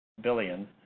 billion